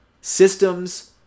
systems